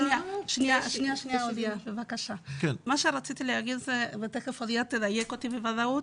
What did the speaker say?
מה שרציתי להגיד ותכף הודיה תדייק אותי בוודאות,